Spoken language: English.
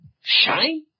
Shine